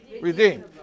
redeemed